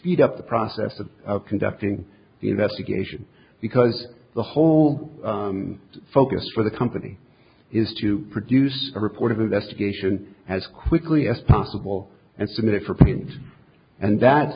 speed up the process of conducting the investigation because the whole focus for the company is to produce a report of investigation as quickly as possible and submit it for print and that